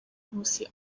nkusi